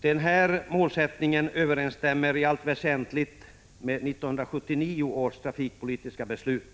Den målsättningen överensstämmer i allt väsentligt med 1979 års trafikpolitiska beslut.